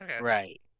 right